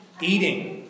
Eating